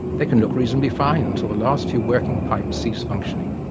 they can look reasonably fine until the last few working pipes cease functioning.